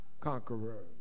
conqueror